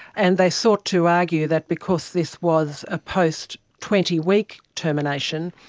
and they sought to argue that because this was a post twenty week termination,